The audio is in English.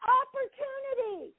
opportunity